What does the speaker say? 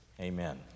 Amen